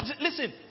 Listen